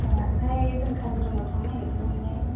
ए ओमफ्राय जों काजिरङायाव थांनो नागिरदोंमोनलै